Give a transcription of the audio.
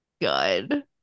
good